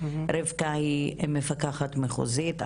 רבקה היא מפקחת מחוזית,